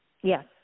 Yes